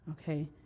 okay